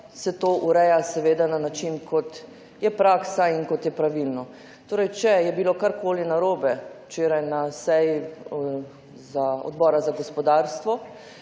se to ureja na način, kot je praksa in kot je pravilno. Če je bilo karkoli narobe včeraj na seji za Odbora za gospodarstvo,